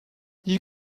you